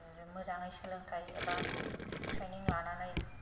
मोजाङै सोलोंथाय एबा ट्रैनिं लानानै